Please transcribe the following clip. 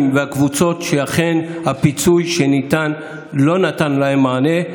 והקבוצות שאכן הפיצוי שניתן לא נתן להן מענה.